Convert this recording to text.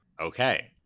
Okay